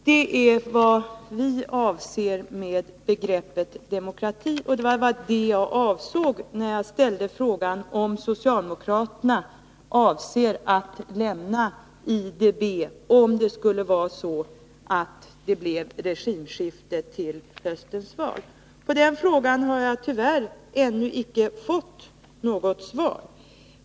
Det är vad vi avser med begreppet demokrati, och det var vad jag avsåg när jag frågade socialdemokraterna om de, ifall det skulle bli regimskifte efter höstens val, skulle förespråka att vi lämnade IDB. På den frågan har jag tyvärr ännu icke fått något svar.